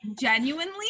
genuinely